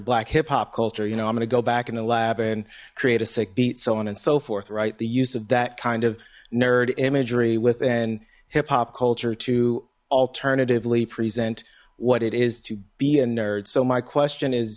black hip hop culture you know i'm gonna go back in the lab and create a sick beat so on and so forth right the use of that kind of nerd imagery within hip hop culture to alternatively present what it is to be a nerd so my question is